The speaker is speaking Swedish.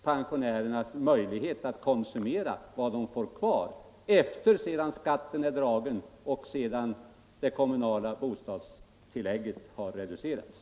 Pensionärernas möjligheter att konsumera hänger ihop med vad de får kvar efter det att skatten är dragen och det kommunala bostadstillägget har reducerats.